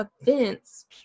events